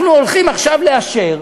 אנחנו הולכים עכשיו לאשר